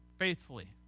faithfully